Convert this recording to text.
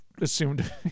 assumed